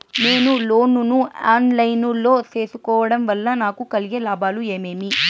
నేను లోను ను online లో సేసుకోవడం వల్ల నాకు కలిగే లాభాలు ఏమేమీ?